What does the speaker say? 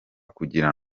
kugira